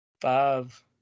Five